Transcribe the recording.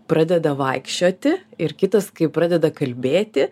pradeda vaikščioti ir kitas kai pradeda kalbėti